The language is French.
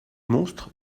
monstre